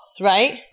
right